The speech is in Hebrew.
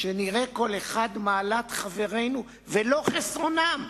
"שנראה כל אחד את מעלת חברינו ולא חסרונם".